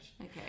Okay